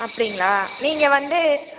அப்படிங்களா நீங்கள் வந்து